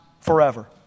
forever